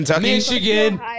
Michigan